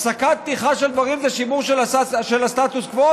הפסקת פתיחה של דברים זה שימור של הסטטוס קוו?